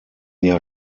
jahr